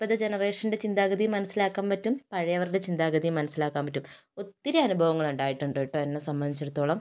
അവർക്ക് ഇപ്പോഴത്തെ ജനറേഷൻ്റെ ചിന്താഗതിയും മനസ്സിലാക്കാൻ പറ്റും പഴയവരുടെ ചിന്താഗതിയും മനസ്സിലാക്കാൻ പറ്റും ഒത്തിരി അനുഭവങ്ങൾ ഉണ്ടായിട്ടുണ്ട് കെട്ടോ എന്നെ സംബന്ധിച്ചിടുത്തോളാം